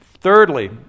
Thirdly